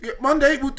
Monday